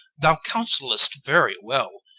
thou counsellest very well.